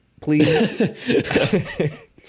please